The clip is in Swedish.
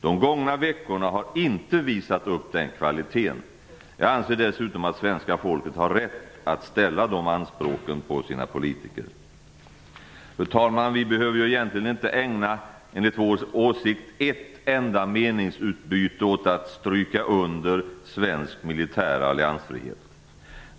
De gångna veckorna har inte visat upp den kvaliteten. Jag anser dessutom att svenska folket har rätt att ha de anspråken på sina politiker. Fru talman! Enligt vår åsikt behöver vi egentligen inte ägna ett enda meningsutbyte åt att stryka under svensk militär alliansfrihet.